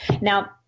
Now